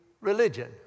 religion